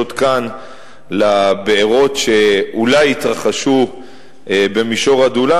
כאן לבעירות שאולי יתרחשו במישור עדולם,